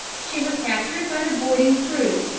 she was captured by the boarding-crew,